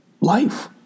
life